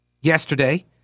yesterday